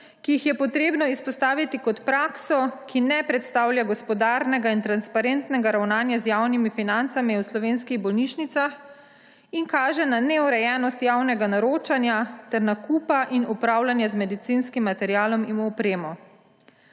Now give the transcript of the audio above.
ki jih je potrebno izpostaviti kot prakso, ki ne predstavlja gospodarnega in transparentnega ravnanja z javnimi financami v slovenskih bolnišnicah in kaže na neurejenost javnega naročanja ter nakupa in upravljanja z medicinskim materialom in opremo.